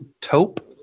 Taupe